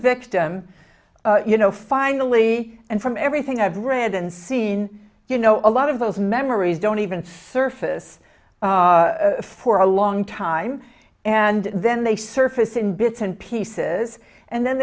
victim you know finally and from everything i've read and seen you know a lot of those memories don't even surface for a long time and then they surface in bits and pieces and then